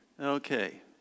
Okay